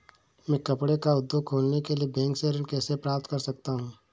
मैं कपड़े का उद्योग खोलने के लिए बैंक से ऋण कैसे प्राप्त कर सकता हूँ?